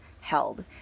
held